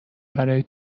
برای